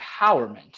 empowerment